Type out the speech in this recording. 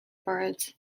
birds